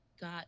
got